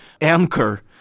anchor